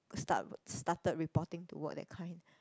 start started reporting to work that kind